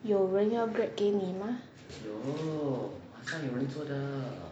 有人要 grab 给你吗